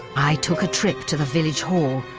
i took a trip to the village hall,